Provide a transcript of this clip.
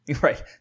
Right